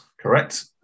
correct